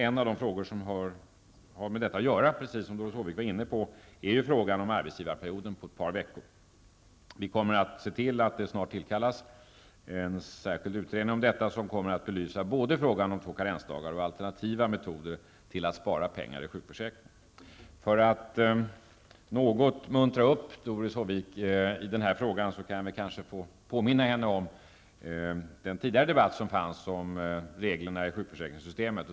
En av de frågor som har med detta att göra, precis som Doris Håvik var inne på, är arbetsgivarperioden på ett par veckor. Vi kommer att se till att det snart tillkallas en särskild utredning om detta som kommer att belysa både frågan om två karensdagar och alternativa metoder till att spara pengar i sjukförsäkringen. För att något muntra upp Doris Håvik i den här frågan kan jag kanske få påminna henne om den debatt som tidigare förts om reglerna i sjukförsäkringssystemen.